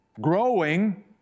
growing